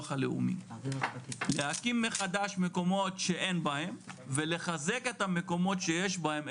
הלאומי להקים מחדש מקומות שאין בהם ולחזק את המקומות שיש בהם,